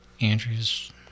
andrew's